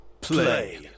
Play